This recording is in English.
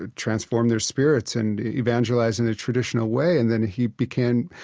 ah transform their spirits and evangelize in a traditional way. and then he became